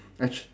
actu~